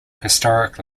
historic